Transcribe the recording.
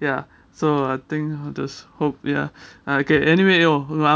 ya so I think just hope ya okay anyway